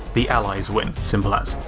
the allies win, simple as.